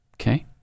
Okay